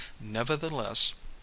Nevertheless